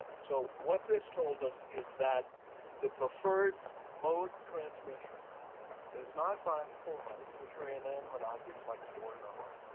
so what this told us, is that the preferred mode of transmission is not by fomites, which were inanimate objects, like a doorknob,